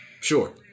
Sure